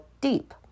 deep